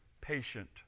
patient